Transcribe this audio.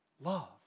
love